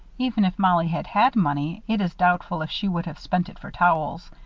even if mollie had had money, it is doubtful if she would have spent it for towels.